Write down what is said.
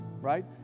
right